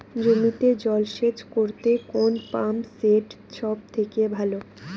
জমিতে জল সেচ করতে কোন পাম্প সেট সব থেকে ভালো?